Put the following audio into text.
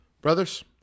brothers